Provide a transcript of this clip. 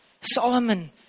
Solomon